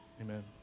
Amen